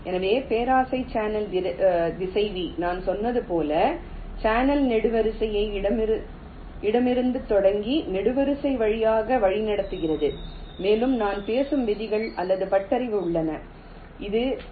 எனவே பேராசை சேனல் திசைவி நான் சொன்னது போல் சேனல் நெடுவரிசையை இடமிருந்து தொடங்கி நெடுவரிசை வழியாக வழிநடத்துகிறது மேலும் நான் பேசும் விதிகள் அல்லது பட்டறிவு உள்ளன இது வி